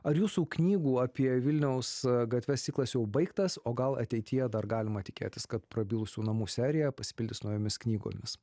ar jūsų knygų apie vilniaus gatves ciklas jau baigtas o gal ateityje dar galima tikėtis kad prabilusių namų serija pasipildys naujomis knygomis